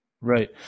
Right